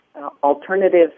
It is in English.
alternative